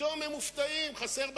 פתאום הם מופתעים שחסר בתקציב.